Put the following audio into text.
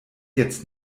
jetzt